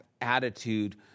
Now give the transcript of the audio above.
attitude